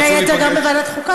בין היתר גם בוועדת החוקה.